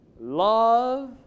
Love